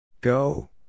Go